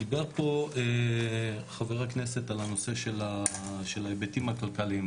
דיבר פה חבר הכנסת על הנושא של ההיבטים הכלכליים,